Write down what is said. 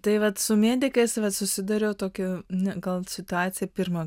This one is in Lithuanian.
tai vat medikais susidūriau tokiu gal situacija pirmą